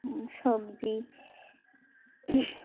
সবজি